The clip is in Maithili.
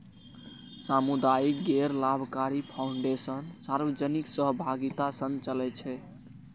सामुदायिक गैर लाभकारी फाउंडेशन सार्वजनिक सहभागिता सं चलै छै